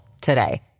today